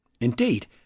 Indeed